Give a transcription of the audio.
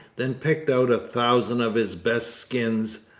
then picked out a thousand of his best skins,